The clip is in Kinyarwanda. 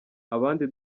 abandi